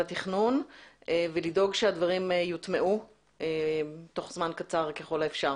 התכנון ולדאוג שהדברים יוטמעו תוך זמן קצר ככל האפשר.